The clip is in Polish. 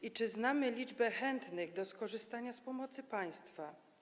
I czy znamy liczbę chętnych do skorzystania z pomocy państwa?